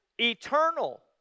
eternal